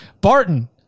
Barton